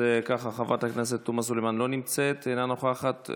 חברת הכנסת תומא סלימאן, אינה נוכחת.